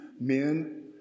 men